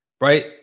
right